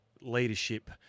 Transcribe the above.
leadership